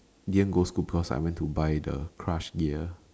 didn't go school because I went to buy the crush gear